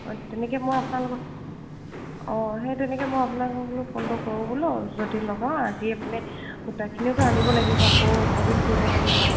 অঁ তেনেকে মই আপোনালোকৰ অঁ সেই তেনেকে মই আপোনাক বোল ফোনটো কৰোঁ বোলো যদি লগাওঁ আজি মানে সূতাখিনিওতো আনিব লাগিব আকৌ অবিন কৰিব লাগিব